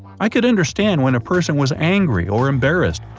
i could understand when a person was angry or embarrassed,